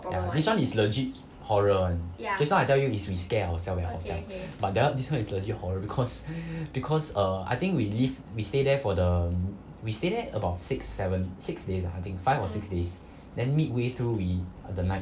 ya this one is legit~ horror [one] just now I tell you is we scare ourselves all that but then this one is legit~ horror because because err I think we live we stay there for um we stay there about six seven six days I think five or six days then midway through we the night